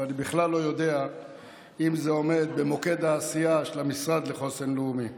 ואני בכלל לא יודע אם זה עומד במוקד העשייה של המשרד לחוסן לאומי.